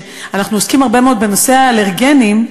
אנחנו עוסקים הרבה מאוד בנושא האלרגנים.